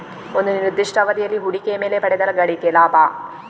ಒಂದು ನಿರ್ದಿಷ್ಟ ಅವಧಿಯಲ್ಲಿ ಹೂಡಿಕೆಯ ಮೇಲೆ ಪಡೆದ ಗಳಿಕೆ ಲಾಭ